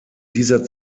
dieser